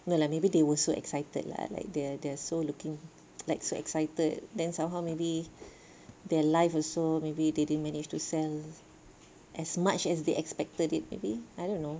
no lah maybe they were so excited lah like they are so so looking like so excited then somehow maybe their live also maybe they didn't manage to sell as much as they expected to maybe I don't know